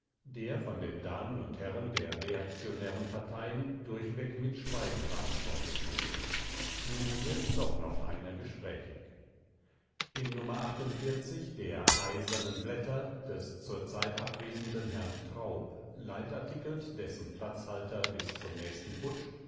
der von den damen und herren der reaktionären parteien durchweg mit schweigen beantwortet wurde nun wird doch noch einer gesprächig in nummer der eisernen blätter des zurzeit abwesenden herrn traub leitartikelt dessen platzhalter bis zum nächsten putsch